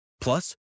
Plus